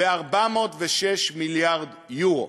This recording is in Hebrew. ב-406 מיליארד יורו,